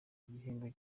igihembo